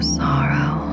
sorrow